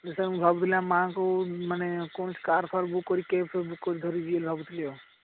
sir ମୁଁ ଭାବୁଥିଲି ମାଆଙ୍କୁ ମାନେ କୌଣସି କାର୍ଫାର୍ ବୁକ୍ କରି କ୍ୟାବ୍ଫ୍ୟାବ୍ ବୁକ୍ କରି ଧରିକି ଯିବି ବୋଲି ଭାବୁଥିଲି ଆଉ